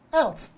out